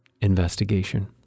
investigation